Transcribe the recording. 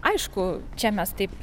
aišku čia mes taip